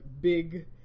big